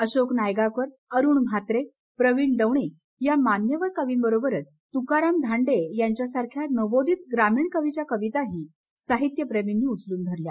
अशोक नायगावकर अरुण म्हात्रे प्रवीण दवणे या मान्यवर कवींबरोबरच तुकाराम धांडे सारख्या नवोदित ग्रामीण कवीच्या कविताही साहित्य प्रेमींनी उचलून धरल्या